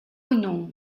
nom